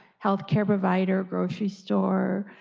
healthcare provider, a grocery store,